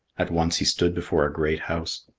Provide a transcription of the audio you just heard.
at once he stood before a great house.